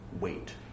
wait